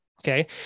okay